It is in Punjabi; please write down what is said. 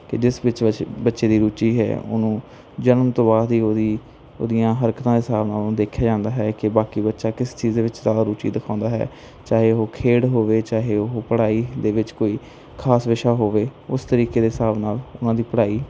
ਕਿ ਜਿਸ ਵਿੱਚ ਬੱਚੇ ਦੀ ਰੁਚੀ ਹੈ ਉਹਨੂੰ ਜਾਣਨ ਤੋਂ ਬਾਅਦ ਹੀ ਉਹਦੀ ਉਹਦੀਆਂ ਹਰਕਤਾਂ ਦੇ ਹਿਸਾਬ ਨਾਲ ਉਹਨੂੰ ਦੇਖਿਆ ਜਾਂਦਾ ਹੈ ਕਿ ਬਾਕਿਆ ਬੱਚਾ ਕਿਸ ਚੀਜ ਦੇ ਵਿੱਚ ਜਿਆਦਾ ਰੁਚੀ ਦਿਖਾਉਂਦਾ ਹੈ ਚਾਹੇ ਉਹ ਖੇਡ ਹੋਵੇ ਚਾਹੇ ਉਹ ਪੜ੍ਹਾਈ ਦੇ ਵਿੱਚ ਕੋਈ ਖਾਸ ਵਿਸ਼ਾ ਹੋਵੇ ਉਸ ਤਰੀਕੇ ਦੇ ਹਿਸਾਬ ਨਾਲ ਉਨ੍ਹਾਂ ਦੀ ਪੜ੍ਹਾਈ